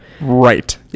Right